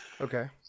Okay